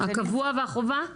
הקבוע והחובה?